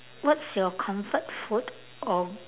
what's your comfort food or